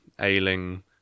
Ailing